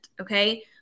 Okay